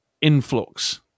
influx